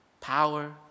power